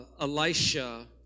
Elisha